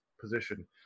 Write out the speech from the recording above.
position